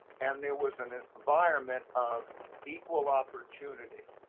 and there was an environment of equal opportunity.